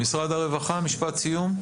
משרד הרווחה, משפט סיום.